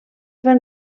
van